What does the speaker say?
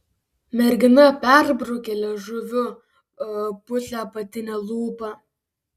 mergina perbraukė liežuviu putlią apatinę lūpą